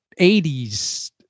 80s